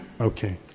Okay